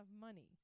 money